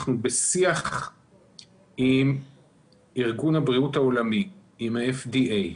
אנחנו בשיח עם ארגון הבריאות העולמי, עם ה-FDA,